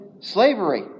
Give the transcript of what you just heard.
slavery